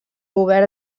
govern